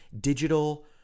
digital